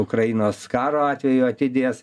ukrainos karo atveju atidės